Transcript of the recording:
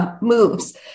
moves